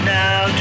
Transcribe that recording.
now